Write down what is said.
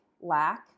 lack